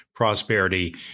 prosperity